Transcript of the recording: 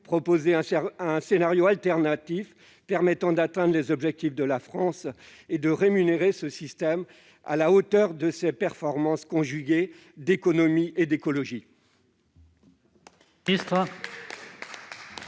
proposer un scénario alternatif permettant d'atteindre les objectifs de la France et de rémunérer ce système à la hauteur de ses performances économiques et écologiques